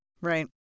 Right